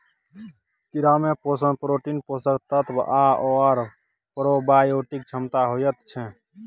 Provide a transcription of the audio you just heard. कीड़ामे पोषण प्रोटीन, पोषक तत्व आओर प्रोबायोटिक क्षमता होइत छै